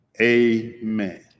Amen